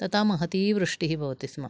तथा महती वृष्टिः भवति स्म